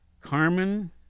Carmen